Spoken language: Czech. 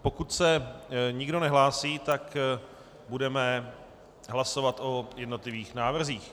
Pokud se nikdo nehlásí, budeme hlasovat o jednotlivých návrzích.